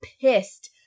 pissed